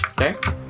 Okay